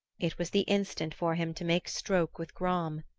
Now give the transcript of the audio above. it was the instant for him to make stroke with gram.